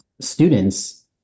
students